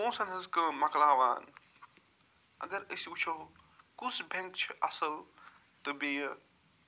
پۅنٛسن ہٕنٛز کٲم مۅکلاوان اگر أسۍ وُچھو کُس بینٛک چھُ اَصٕل تہٕ بیٚیہِ